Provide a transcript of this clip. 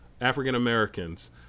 African-Americans